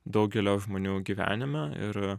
daugelio žmonių gyvenime ir